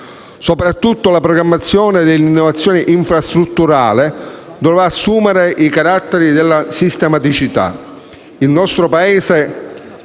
Soprattutto la programmazione dell'innovazione infrastrutturale dovrà assumere i caratteri della sistematicità.